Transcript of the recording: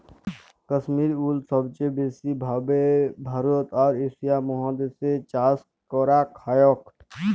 কাশ্মির উল সবচে ব্যাসি ভাবে ভারতে আর এশিয়া মহাদেশ এ চাষ করাক হয়ক